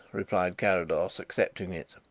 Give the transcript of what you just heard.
replied carrados, accepting it,